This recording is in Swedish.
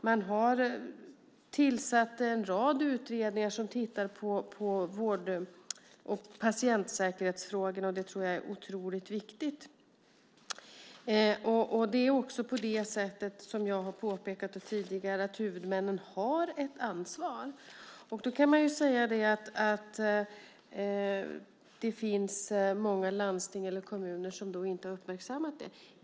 Man har tillsatt en rad utredningar som tittar på vård och patientsäkerhetsfrågor, och det är otroligt viktigt. Det är också så som jag har påpekat tidigare, nämligen att huvudmännen har ett ansvar. Då kan man säga att det finns många landsting eller kommuner som inte har uppmärksammat det.